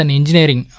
Engineering